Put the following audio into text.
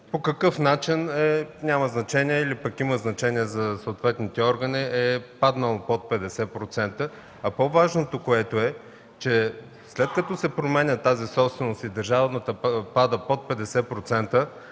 по какъв начин, няма значение, или пък има значение за съответните органи, е паднало под 50%. По-важното е, че след като се променя собствеността и тази на държавата пада под 50%,